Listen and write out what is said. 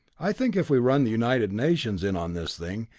i think if we run the united nations in on this thing,